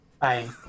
Bye